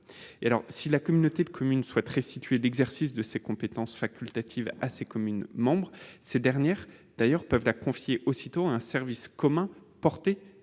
Si la communauté de communes souhaite restituer l'exercice de ces compétences facultatives à ses communes membres, ces dernières peuvent aussitôt les confier à un service commun géré